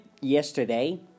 yesterday